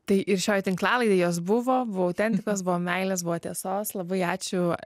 tai ir šioj tinklalaidėj jos buvo buvo autentikos buvo meilės buvo tiesos labai ačiū